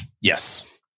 yes